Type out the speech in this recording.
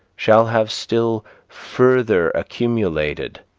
shall have still further accumulated,